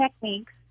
techniques